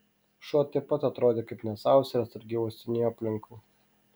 šuo taip pat atrodė kaip nesavas ir atsargiai uostinėjo aplinkui